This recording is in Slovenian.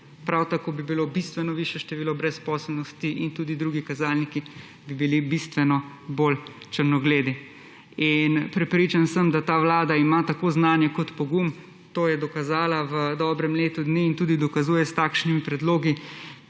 prav tako bi bilo bistveno višje število brezposelnosti in tudi drugi kazalniki bi bili bistveno bolj črnogledi. Prepričan sem, da ta vlada ima tako znanje kot pogum. To je dokazala v dobrem letu dni in tudi dokazuje s takšnimi predlogi,